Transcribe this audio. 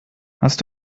hast